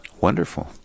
wonderful